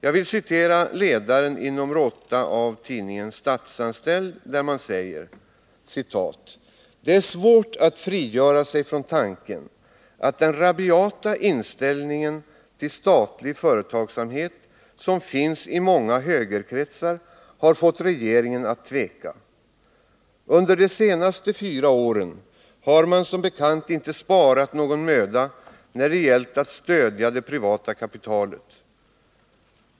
Jag vill citera ledaren i nr 8 av tidningen Statsanställd, där man säger: ”Det är svårt att frigöra sig från tanken att den rabiata inställningen till statlig företagsamhet som finns i många högerkretsar har fått regeringen att tveka. Under de senaste fyra åren har man som bekant inte sparat någon möda när det gällt att stödja det privata kapitalet.